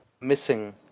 missing